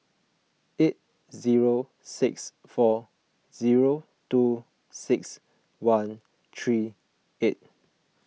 eight zero six four zero two six one three eight